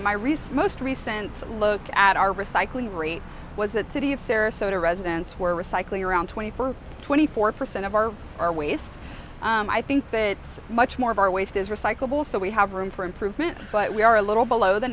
recent most recent look at our recycling rate was that city of sarasota residents were recycling around twenty for twenty four percent of our our waste i think that much more of our waste is recyclable so we have room for improvement but we are a little below the